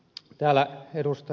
täällä ed